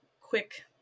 quick